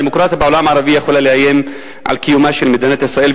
דמוקרטיה בעולם הערבי יכולה לאיים על קיומה של מדינת ישראל,